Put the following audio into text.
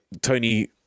Tony